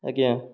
ଆଜ୍ଞା